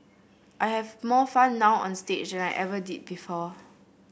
I have more fun now onstage an I ever did before